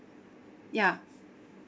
ya